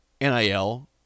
NIL